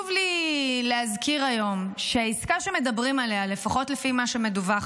"זה הרגע שבו עליכם להוכיח מנהיגות